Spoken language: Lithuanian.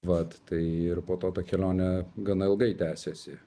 vat tai ir po to ta kelionė gana ilgai tęsiasi